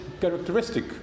characteristic